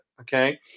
okay